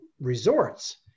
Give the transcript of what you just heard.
resorts